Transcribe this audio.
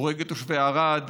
הורג את תושבי ערד,